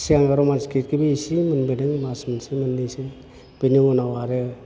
सिगां समान स्क्रिप्टखौबो इसे मोनबोदों मास मोनसे मोननैसो बेनि उनाव आरो